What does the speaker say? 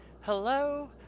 Hello